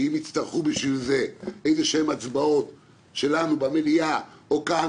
ואם יצטרכו בשביל זה הצבעות שלנו במליאה או כאן,